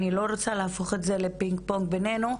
אני לא רוצה להפוך את זה לפינג פונג בינינו,